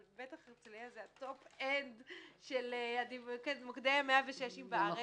אבל זה בטח הטופ של מוקדי 106 בארץ.